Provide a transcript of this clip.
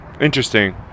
interesting